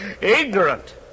Ignorant